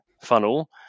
funnel